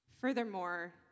Furthermore